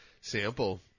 sample